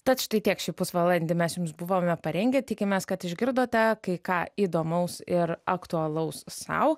tad štai tiek šį pusvalandį mes jums buvome parengę tikimės kad išgirdote kai ką įdomaus ir aktualaus sau